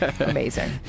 amazing